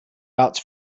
routes